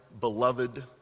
beloved